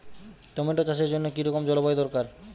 Tomato চাষের জন্য কি রকম জলবায়ু দরকার?